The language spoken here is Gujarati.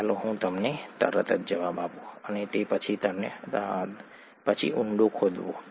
ચાલો હું તમને તરત જ જવાબ આપું અને પછી ઊંડો ખોદવું